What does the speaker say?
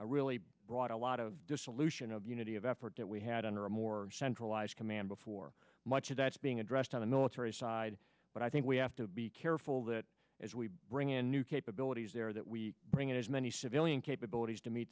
really brought a lot of dissolution of unity of effort that we had under a more centralized command before much of that's being addressed on the military side but i think we have to be careful that as we bring in new capabilities there that we bring in as many civilian capabilities to meet